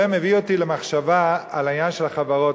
זה מביא אותי למחשבה על העניין של החברות.